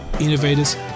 innovators